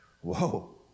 whoa